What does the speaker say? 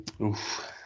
Oof